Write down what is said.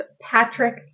Patrick